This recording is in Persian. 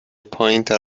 پایینتر